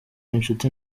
inshuti